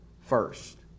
first